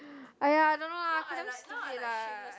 !aiya! don't know lah damn stupid lah